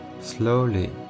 Slowly